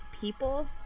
people